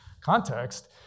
context